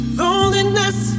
loneliness